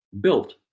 built